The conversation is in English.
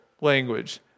language